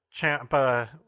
Champa